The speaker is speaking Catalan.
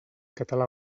català